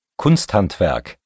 Kunsthandwerk